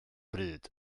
bryd